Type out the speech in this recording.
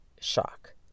shock